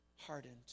hardened